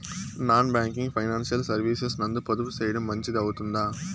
Non banking financial services నందు పొదుపు సేయడం మంచిది అవుతుందా?